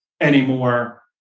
anymore